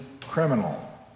criminal